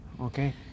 okay